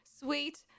sweet